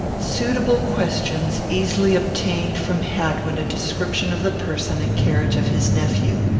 suitable questions easily obtained from hadwin a description of the person and carriage of his nephew.